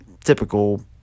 typical